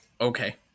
Okay